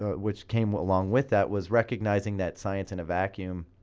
ah which came along with that, was recognizing that science and a vacuum,